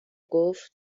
گفت